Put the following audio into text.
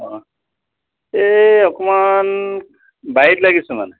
অঁ এই অকণমান বাৰীত লাগিছোঁ মানে